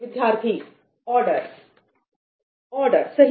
विद्यार्थी order order सही